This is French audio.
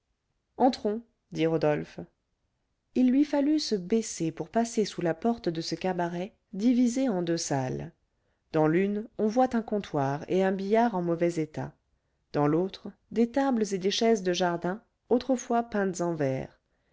entrons dit rodolphe il lui fallut se baisser pour passer sous la porte de ce cabaret divisé en deux salles dans l'une on voit un comptoir et un billard en mauvais état dans l'autre des tables et des chaises de jardin autrefois peintes en vert